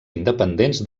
independents